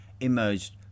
emerged